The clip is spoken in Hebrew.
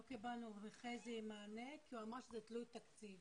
לא קיבלנו מחזי מענה כי הוא אמר שזה תלוי תקציב.